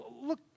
Look